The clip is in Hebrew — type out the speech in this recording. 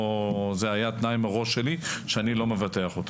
זה היה תנאי שלי מראש שאני לא מבטח אותם.